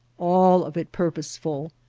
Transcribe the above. all of it purposeful,